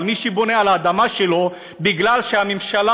אבל מי שבונה על האדמה שלו בגלל שהממשלה